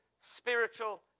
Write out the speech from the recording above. spiritual